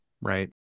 right